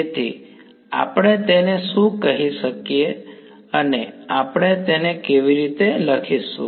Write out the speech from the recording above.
તેથી આપણે તેને શું કહી શકીએ અને આપણે તેને કેવી રીતે લખીશું